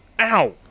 ow